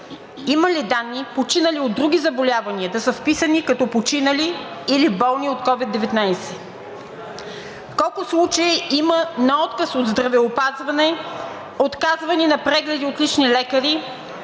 Има ли данни починали от други заболявания да са вписани като починали или болни от COVID-19? 1.3. Колко случаи има на отказ от здравеопазване, отказване на прегледи от лични лекари,